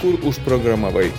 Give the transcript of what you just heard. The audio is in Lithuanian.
kur užprogramavai